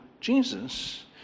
Jesus